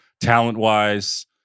talent-wise